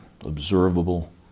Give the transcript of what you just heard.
observable